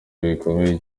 bikomeye